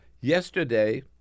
yesterday